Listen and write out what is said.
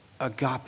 agape